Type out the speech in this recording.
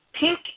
pink